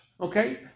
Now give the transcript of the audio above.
Okay